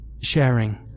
sharing